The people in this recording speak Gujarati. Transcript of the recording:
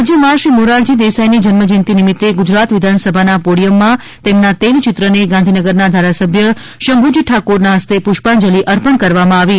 રાજ્યમાં શ્રી મોરારજી દેસાઇની જન્મજયંતિ નિમિત્તે ગુજરાત વિધાનસભાના પોડિયમમાં તેમના તૈલચિત્રને ગાંધીનગરના ધારાસભ્ય શંભુજી ઠાકોરના હસ્તે પુષ્પાંજલી અર્પણ કરવામાં આવી હતી